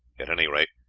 at any rate,